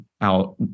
out